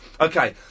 Okay